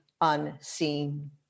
unseen